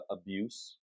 abuse